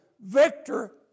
victor